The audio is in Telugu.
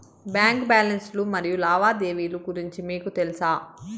బ్యాంకు బ్యాలెన్స్ లు మరియు లావాదేవీలు గురించి మీకు తెల్సా?